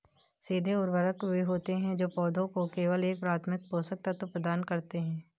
सीधे उर्वरक वे होते हैं जो पौधों को केवल एक प्राथमिक पोषक तत्व प्रदान करते हैं